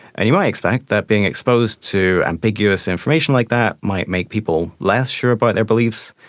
and you might expect that being exposed to ambiguous information like that might make people less sure about their beliefs,